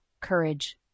courage